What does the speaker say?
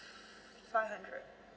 five hundred